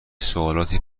سوالاتی